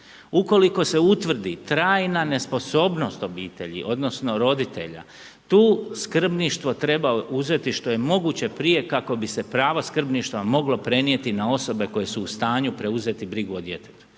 U koliko se utvrdi trajna nesposobnost obitelji, odnosno roditelja, tu skrbništvo treba uzeti što je moguće prije kako bi se pravo skrbništva moglo prenijeti na osobe koje su u stanju preuzeti brigu o djetetu.